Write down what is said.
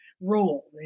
role